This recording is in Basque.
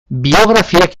biografiak